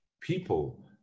people